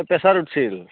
pressure উঠিছিল